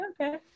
okay